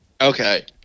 Okay